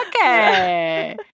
Okay